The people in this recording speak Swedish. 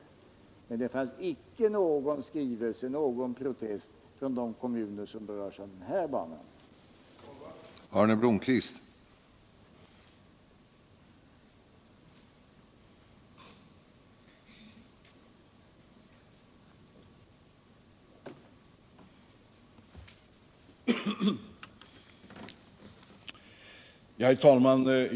Men det i? : 5 Om en kanal melfanns icke någon protest från kommuner som berörs av den här banan. Herr talman!